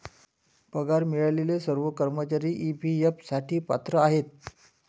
पगार मिळालेले सर्व कर्मचारी ई.पी.एफ साठी पात्र आहेत